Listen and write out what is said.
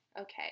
Okay